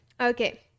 Okay